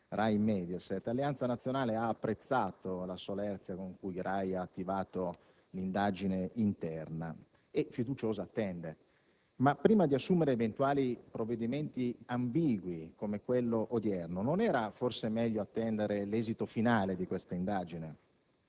RAI-Mediaset Alleanza Nazionale ha apprezzato la solerzia con cui la RAI ha attivato l'indagine interna e, fiduciosa, attende. Tuttavia, prima di assumere eventuali provvedimenti ambigui come quello odierno, non era forse meglio attendere l'esito finale di quest'indagine?